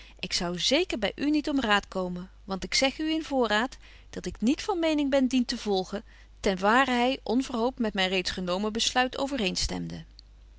ik zou zeker by u niet om raad komen want ik zeg u in voorraad dat ik niet van mening ben dien te volgen ten ware hy onverhoopt met myn reeds genomen besluit